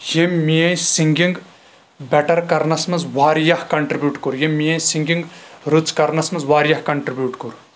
ییٚمۍ میٲنۍ singing better کَرنَس منٛز واریاہ کَنٹربیٚوٗٹ کوٚر یِمۍ میٲنۍ سِنٛگِنگ رٕژ کرنس منٛز واریاہ کَنٹربیٚوٗٹ کوٚر